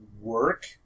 work